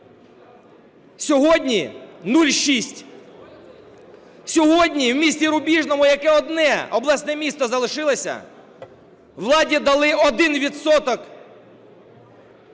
Сьогодні – 0,6. Сьогодні в місті Рубіжному, яке одне обласне місто залишилося, владі дали 1